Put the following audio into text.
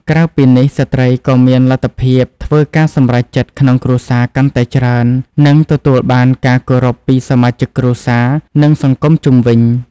ក្រៅពីនេះ ស្ត្រីក៏មានលទ្ធភាពធ្វើការសម្រេចចិត្តក្នុងគ្រួសារកាន់តែច្រើន និងទទួលបានការគោរពពីសមាជិកគ្រួសារ និងសង្គមជុំវិញ។